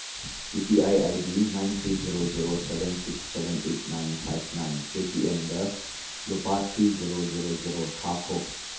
U P I I D nine three zero zero seven six seven eight nine five nine ꯄꯦꯇꯤꯑꯦꯝꯗ ꯂꯨꯄꯥ three zero zero zero ꯊꯥꯈꯣ